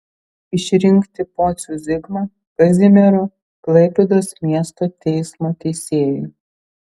išrinkti pocių zigmą kazimiero klaipėdos miesto teismo teisėju